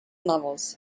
levels